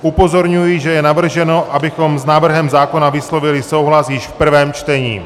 Upozorňuji, že je navrženo, abychom s návrhem zákona vyslovili souhlas již v prvém čtení.